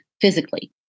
physically